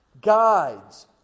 guides